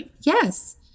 yes